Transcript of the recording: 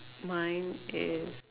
mine is